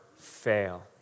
fail